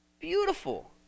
Beautiful